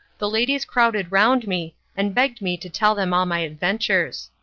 the ladies crowded round me and begged me to tell them all my adventures.